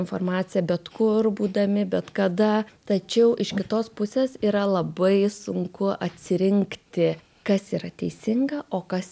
informaciją bet kur būdami bet kada tačiau iš kitos pusės yra labai sunku atsirinkti kas yra teisinga o kas